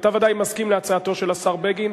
אתה ודאי מסכים להצעתו של השר בגין.